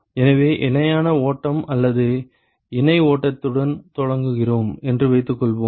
எனவே இணையான ஓட்டம் அல்லது இணை ஓட்டத்துடன் தொடங்குகிறோம் என்று வைத்துக்கொள்வோம்